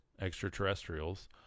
extraterrestrials